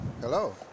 Hello